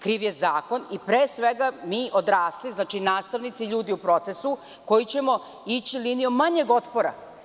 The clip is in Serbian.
Kriv je Zakon i, pre svega, mi odrasli, znači nastavnici, ljudi u procesu, koji ćemo ići linijom manjeg otpora.